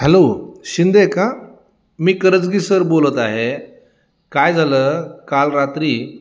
hello Shinde का मी Karajgi sir बोलत आहे काय झालं काल रात्री